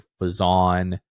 Fazan